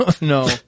No